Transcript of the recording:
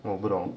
我不懂